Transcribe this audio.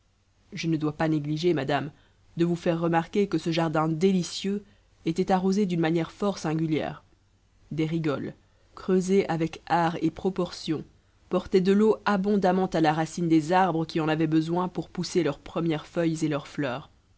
je ne dois pas négliger madame de vous faire remarquer que ce jardin délicieux était arrosé d'une manière fort singulière des rigoles creusées avec art et proportion portaient de l'eau abondamment à la racine des arbres qui en avaient besoin pour pousser leurs premières feuilles et leurs fleurs